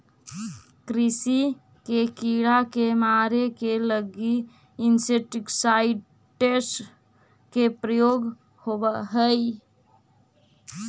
कृषि के कीड़ा के मारे के लगी इंसेक्टिसाइट्स् के प्रयोग होवऽ हई